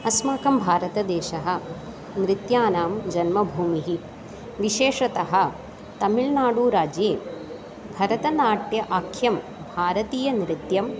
अस्माकं भारतदेशः नृत्यानां जन्मभूमिः विशेषतः तमिळ्नाडुराज्ये भरतनाट्य आख्यं भारतीय नृत्यम्